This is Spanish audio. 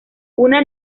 una